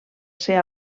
ser